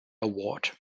award